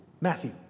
Matthew